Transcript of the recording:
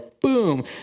boom